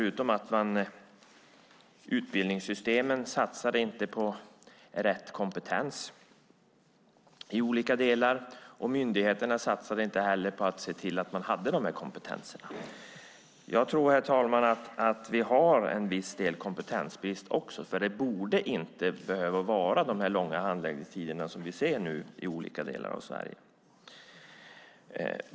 Utbildningssystemen satsade inte på rätt kompetens, och myndigheterna satsade inte heller på att se till att man hade dessa kompetenser. Jag tror, herr talman, att vi har en viss kompetensbrist, för det borde inte behöva vara de långa handläggningstider som vi nu ser i olika delar av Sverige.